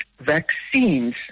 vaccines